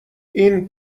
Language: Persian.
این